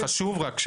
חשוב רק,